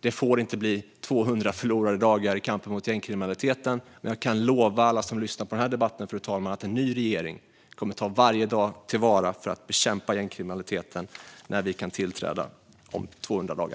Det får inte bli 200 förlorade dagar i kampen mot gängkriminaliteten. Jag kan lova alla som lyssnar på den här debatten, fru talman, att en ny regering kommer att ta till vara varje dag för att bekämpa gängkriminaliteten när vi kan tillträda om 200 dagar.